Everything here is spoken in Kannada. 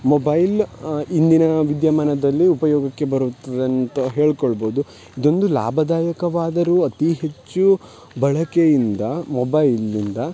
ಮೊಬೈಲ್ ಇಂದಿನ ವಿದ್ಯಮಾನದಲ್ಲಿ ಉಪಯೋಗಕ್ಕೆ ಬರುತ್ತದೆ ಅಂತ ಹೇಳಿಕೊಳ್ಬೌದು ಇದೊಂದು ಲಾಭದಾಯಕವಾದರೂ ಅತಿ ಹೆಚ್ಚು ಬಳಕೆಯಿಂದ ಮೊಬೈಲ್ನಿಂದ